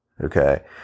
Okay